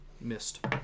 missed